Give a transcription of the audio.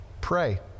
Pray